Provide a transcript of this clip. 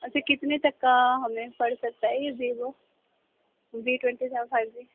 اچھا کتنے تک ہمیں پڑ سکتا ہے ای Vivo V twenty seven five جی